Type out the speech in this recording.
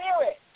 spirit